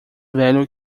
velho